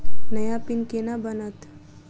नया पिन केना बनत?